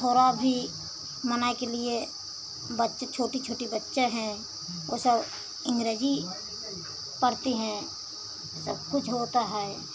थोड़ा भी मना के लिए बच्चे छोटे छोटे बच्चे हैं वह सब अँग्रेजी पढ़ते हैं सबकुछ होता है